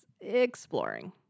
exploring